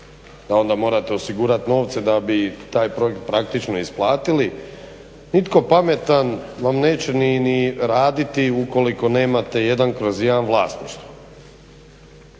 da onda morate osigurati novce da bi taj projekt praktično isplatili, nitko pametan vam neće ni raditi ukoliko nemate 1/1 vlasništvo.